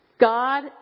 God